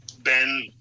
Ben